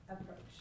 approach